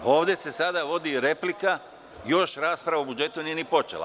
Ovde se sada vodi replika, a rasprava o budžetu još nije počela.